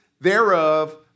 thereof